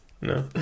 No